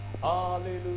Hallelujah